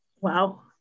Wow